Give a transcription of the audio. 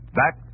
back